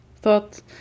thought